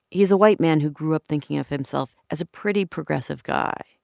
he is a white man who grew up thinking of himself as a pretty progressive guy.